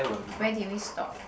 where did we stop